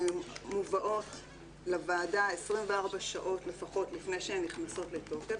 מובאות לוועדה 24 שעות לפחות לפני שהן נכנסות לתוקף,